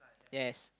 yes